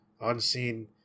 unseen